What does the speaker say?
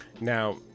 Now